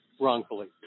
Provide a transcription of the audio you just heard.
wrongfully